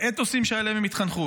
באתוסים שעליהם הם התחנכו.